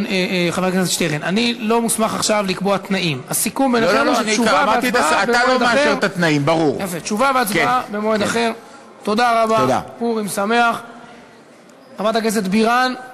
אנחנו דיברנו על 30. היו לי שיחות עם השר אזולאי,